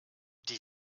die